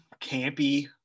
campy